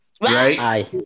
Right